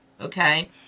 Okay